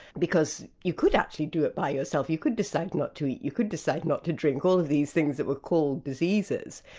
because you could actually do it by yourself, you could decide not to eat, you could decide not to drink, all of these things that were called diseases.